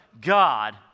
God